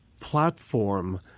platform